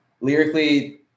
lyrically